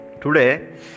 today